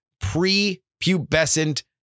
prepubescent